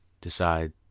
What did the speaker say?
decide